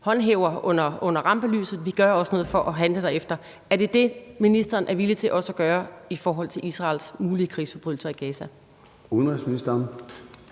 håndhæver, og vi gør også noget for at handle derefter. Er det det, ministeren er villig til også at gøre i forhold til Israels mulige krigsforbrydelser i Gaza?